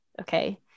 Okay